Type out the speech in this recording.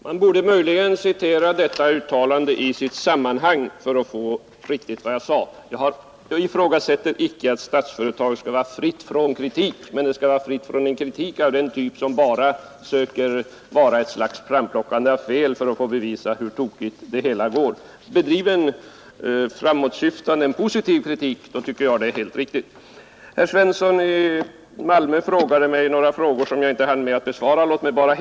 Herr talman! Man borde möjligen citera detta uttalande i dess sammanhang för att få fram riktigt vad jag sade. Jag menar inte att Statsföretag skall vara fritt från kritik, men det skall vara fritt från en kritik av den typ som bara söker vara ett slags framplockande av fel för att få bevisat hur tokigt det hela går. Bedriv en framåtsyftande kritik, en positiv kritik. Då tycker jag det är riktigt. Herr Svensson i Malmö ställde några frågor till mig som jag inte hann med att besvara i mitt förra inlägg.